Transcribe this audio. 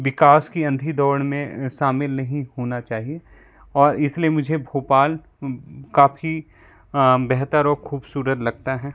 विकास की अंधी दौड़ में शामिल नहीं होना चाहिए और इसलिए मुझे भोपाल काफ़ी बेहतर और खूबसूरत लगता हैं